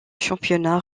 championnat